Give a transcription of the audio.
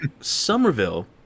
Somerville